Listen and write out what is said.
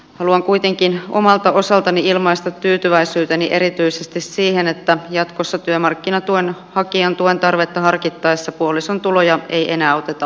haluan kuitenkin omalta osaltani ilmaista tyytyväisyyteni erityisesti siihen että jatkossa työmarkkinatuen hakijan tuen tarvetta harkittaessa puolison tuloja ei enää oteta huomioon